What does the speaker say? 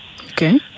Okay